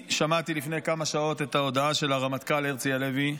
לפני כמה שעות שמעתי את ההודעה של הרמטכ"ל הרצי הלוי.